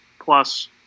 Plus